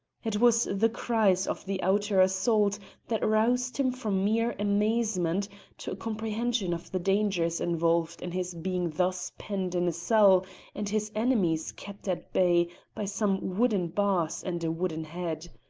it was the cries of the outer assault that roused him from mere amazement to a comprehension of the dangers involved in his being thus penned in a cell and his enemies kept at bay by some wooden bars and a wooden-head.